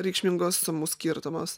reikšmingos sumų skirtumos